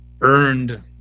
earned